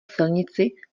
silnici